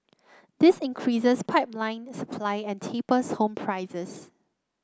this increases pipeline supply and tapers home prices